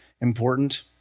important